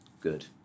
good